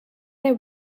their